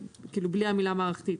בלי המילה מערכתית.